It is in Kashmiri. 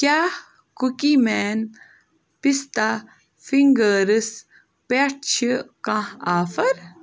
کیٛاہ کُکی مین پِستا فِنٛگٲرٕس پٮ۪ٹھ چھِ کانٛہہ آفر